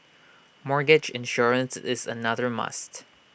mortgage insurance is another must